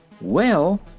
Well